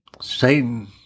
satan